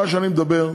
מה שאני אומר,